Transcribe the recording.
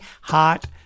hot